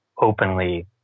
openly